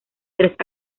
tres